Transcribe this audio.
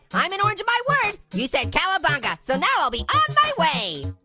i'm an orange of my word. you said cowabunga, so now i'll be on my way,